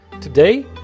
Today